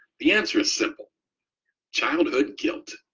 the answer is simple childhood guilt.